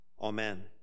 Amen